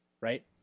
right